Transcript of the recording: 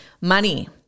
money